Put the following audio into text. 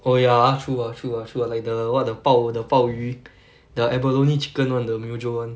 oh ya ah true ah true ah true ah like the what the 鲍 the 鲍鱼 the abalone chicken [one] the Myojo [one]